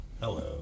Hello